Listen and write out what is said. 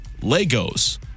Legos